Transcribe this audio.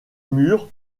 murs